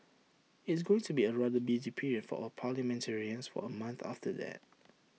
it's going to be A rather busy period for all parliamentarians for A month after that